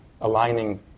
aligning